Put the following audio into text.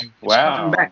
Wow